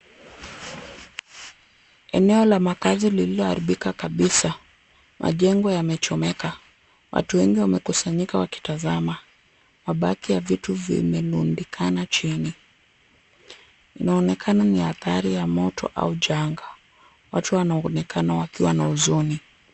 Eneo la makazi lililoharibika kabisa. Majengo yamechomeka. Watu wengi wamekusanyika wakitazama. Mabaki ya vitu vimerundikana chini. Inaonekana ni athari ya moto au janga. Watu wanaonekana wakiwa na huzuni.